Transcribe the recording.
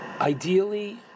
Ideally